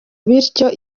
bityo